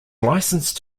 license